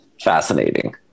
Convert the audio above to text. fascinating